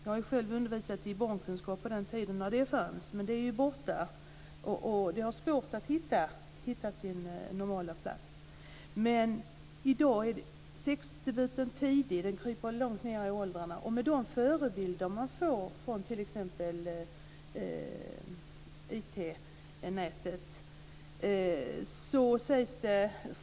Jag undervisade i ämnet barnkunskap på den tiden det ämnet fanns. Det är nu borta. Det är svårt att hitta den normala platsen för ämnet. I dag är sexdebuten tidig. Den kryper långt ned i åldrarna. Förebilderna kommer från t.ex. Internet.